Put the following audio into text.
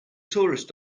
tourist